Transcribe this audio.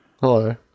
Hello